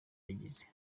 yagize